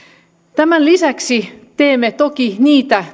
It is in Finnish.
tämän lisäksi teemme toki niitä